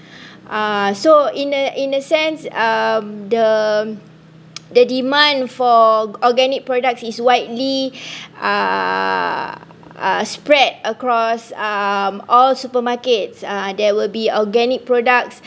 uh so in a in a sense uh the the demand for organic products is widely uh spread across um all supermarkets uh there will be organic products